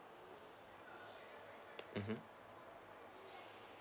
mmhmm